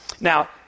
Now